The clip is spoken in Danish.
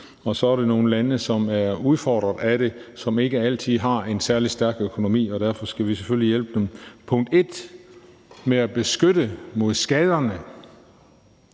og så er der nogle lande, som er udfordret af det, som ikke altid har en særlig stærk økonomi. Derfor skal vi selvfølgelig hjælpe dem med 1) at beskytte sig mod skaderne